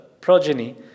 progeny